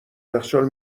یخچال